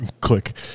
click